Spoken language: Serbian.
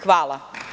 Hvala.